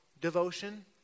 devotion